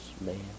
man